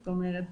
זאת אומרת,